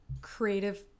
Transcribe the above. creative